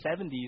1970s